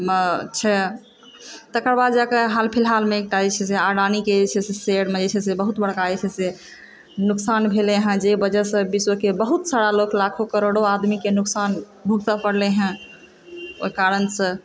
छै तकर बाद जाकऽ हाल फिलहालमे एकटा जे छै से अडानीके शेयरमे जे छै से बहुत बड़का जे छै से नोकसान भेलै हँ जाहि वजहसँ विश्वके बहुत सारा लोक लाखो करोड़ो आदमीके नोकसान भुगतै पड़लै हँ ओहि कारणसँ